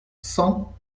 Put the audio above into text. cent